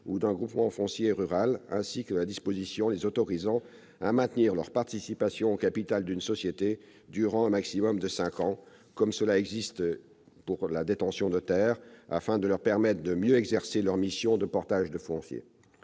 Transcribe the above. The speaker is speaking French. ou d'un groupement foncier rural, ainsi que la disposition les autorisant à maintenir leur participation au capital d'une société durant un maximum de cinq ans, comme cela existe pour la détention de terres, afin de leur permettre de mieux exercer leurs missions de portage du foncier,